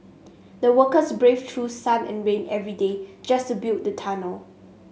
the workers braved through sun and rain every day just to build the tunnel